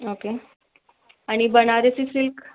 okay आणि Banarasi silk